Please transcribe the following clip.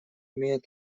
имеет